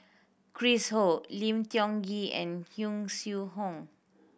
Chris Ho Lim Tiong Ghee and Yong Shu Hoong